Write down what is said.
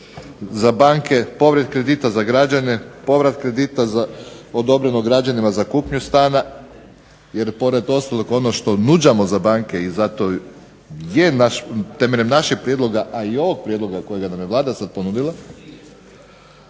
Za banke povrat kredita za građane, povrat kredita za odobreno građanima za kupnju stana. Jer pored ostalog ono što nudimo za banke i zato je naš, temeljem našeg prijedloga, a i ovog prijedloga kojega nam je Vlada sad ponudila,